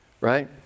right